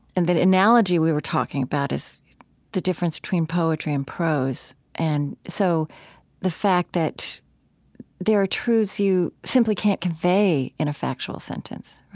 and the analogy we were talking about is the difference between poetry and prose, and so the fact that there are truths you simply can't convey in a factual sentence.